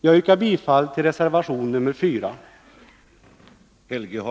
Jag yrkar bifall till reservation 4.